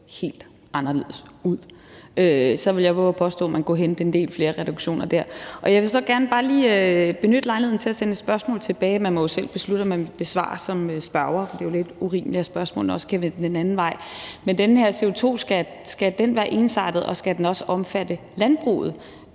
helt anderledes ud; så ville jeg vove at påstå, at man kunne hente en del flere reduktioner der. Jeg vil så gerne bare lige benytte lejligheden til at sende et spørgsmål tilbage, og så må man jo som spørger selv beslutte, om man vil besvare det, for det er jo lidt urimeligt, at spørgsmålene også kan blive sendt den anden vej: Skal den her CO2-skat være ensartet, og skal den også omfatte landbruget